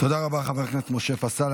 תודה רבה, חבר הכנסת משה פסל.